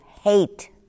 hate